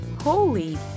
holy